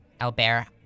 Albert